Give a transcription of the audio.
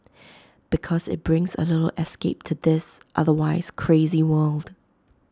because IT brings A little escape to this otherwise crazy world